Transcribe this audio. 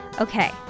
Okay